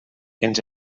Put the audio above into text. ens